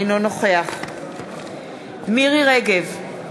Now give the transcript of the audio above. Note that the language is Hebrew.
אינו נוכח מירי רגב,